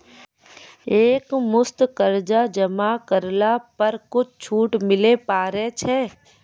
एक मुस्त कर्जा जमा करला पर कुछ छुट मिले पारे छै?